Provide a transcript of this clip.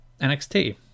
NXT